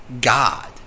God